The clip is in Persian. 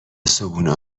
صبحونه